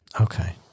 okay